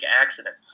accident